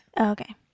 Okay